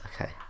Okay